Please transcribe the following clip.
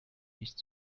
nicht